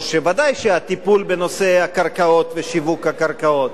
שוודאי שהטיפול בנושא הקרקעות ושיווק הקרקעות,